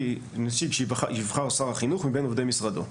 נציג שיבחר שר החינוך מבין עובדי משרדו,